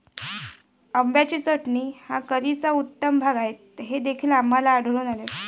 आंब्याची चटणी हा करीचा उत्तम भाग आहे हे देखील आम्हाला आढळून आले